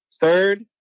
third